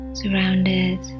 surrounded